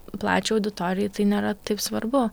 plačiai auditorijai tai nėra taip svarbu